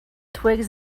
twigs